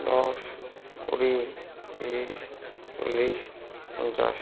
দশ কুড়ি তিরিশ চল্লিশ পঞ্চাশ